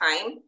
time